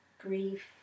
grief